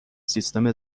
سیستم